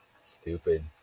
Stupid